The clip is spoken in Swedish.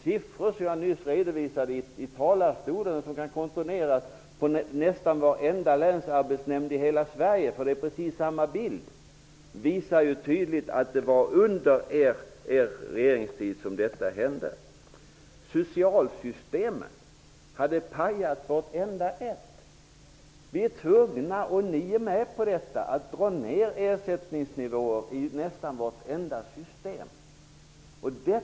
Siffrorna som jag nyss redovisade i talarstolen kan kontrolleras hos nästan varenda länsarbetsnämnd i hela Sverige, eftersom bilden är precis densamma. De visar tydligt att det var under er regeringstid som detta hände. Socialsystemen hade pajat, vartenda ett. Vi är tvungna att dra ned ersättningsnivåer i nästan varje system, och ni är med på det.